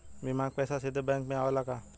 बीमा क पैसा सीधे बैंक में आवेला का?